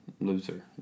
loser